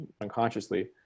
unconsciously